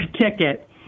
ticket